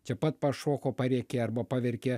čia pat pašoko parėkė arba paverkė